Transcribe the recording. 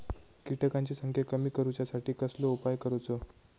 किटकांची संख्या कमी करुच्यासाठी कसलो उपाय करूचो?